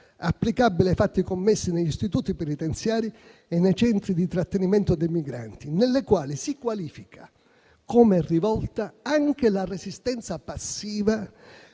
applicabili ai fatti commessi negli istituti penitenziari e nei centri di trattenimento dei migranti, nei quali si qualifica come rivolta anche la resistenza passiva